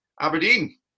Aberdeen